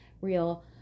real